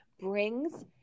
brings